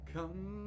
Come